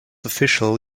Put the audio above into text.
official